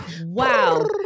Wow